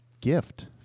gift